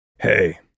Hey